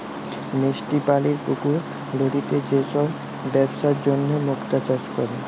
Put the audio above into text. মিষ্টি পালির পুকুর, লদিতে যে সব বেপসার জনহ মুক্তা চাষ ক্যরে